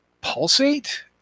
pulsate